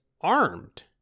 armed